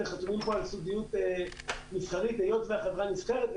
חתומים פה על סודיות מסחרית היות שהחברה נסחרת.